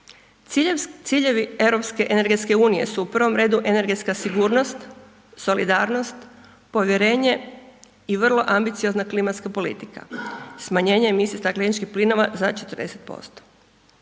Ciljevi europske energetske unije su u prvom redu energetska sigurnost, solidarnost, povjerenje i vrlo ambiciozna klimatska politika, smanjenje emisije stakleničkih plinova za 40%.